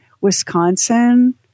Wisconsin